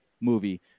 movie